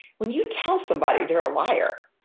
when you tell somebody they're a liar,